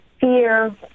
fear